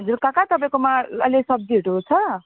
हजुर काका तपाईँकोमा अहिले सब्जीहरू छ